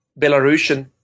Belarusian